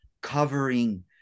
covering